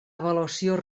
avaluació